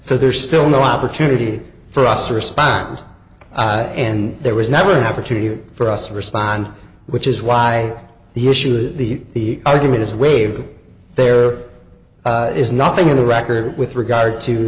so there's still no opportunity for us to respond and there was never an opportunity for us to respond which is why the issue of the argument is waived there is nothing in the record with regard to